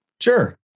Sure